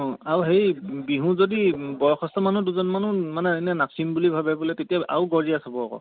অঁ আৰু সেই বিহু যদি বয়সস্থ মানুহ দুজনমানো মানে এনেই নাচিম বুলি ভাবে বোলে তেতিয়া আৰু গৰজিয়াছ হ'ব আকৌ